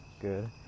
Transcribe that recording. good